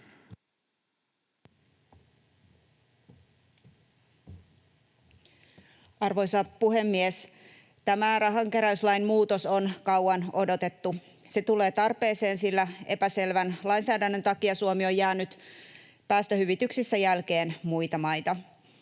Arvoisa puhemies! Tämä rahankeräyslain muutos on kauan odotettu. Se tulee tarpeeseen, sillä epäselvän lainsäädännön takia Suomi on jäänyt päästöhyvityksissä jälkeen muita maita.